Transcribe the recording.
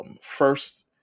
first